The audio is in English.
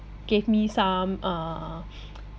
gave me some uh